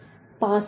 25 છે અને આ 65